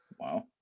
Wow